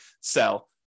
sell